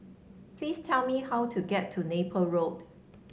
please tell me how to get to Napier Road